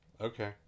Okay